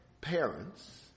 parents